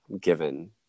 given